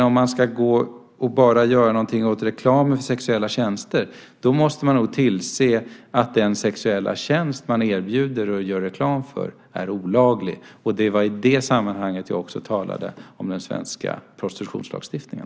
Om vi ska göra något åt reklamen för sexuella tjänster måste vi tillse att den sexuella tjänst som erbjuds och görs reklam för också är olaglig. Det var i det sammanhanget jag talade om den svenska prostitutionslagstiftningen.